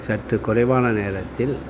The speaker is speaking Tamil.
சற்று குறைவான நேரத்தில்